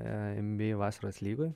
nba vasaros lygoj